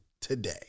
today